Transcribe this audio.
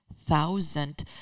thousand